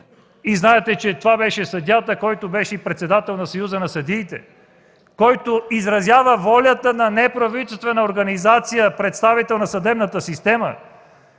И знаете, че това беше съдията – председател на Съюза на съдиите, който изразява волята на неправителствена организация! Представител на съдебната система!